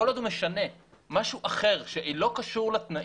כל עוד הוא משנה משהו אחר שלא קשור לתנאים,